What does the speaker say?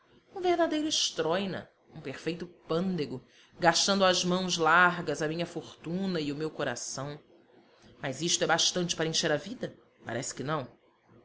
um verdadeiro estróina um perfeito pândego gastando às mãos largas a minha fortuna e o meu coração mas isto é bastante para encher a vida parece que não